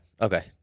Okay